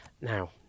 Now